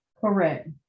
Correct